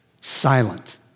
Silent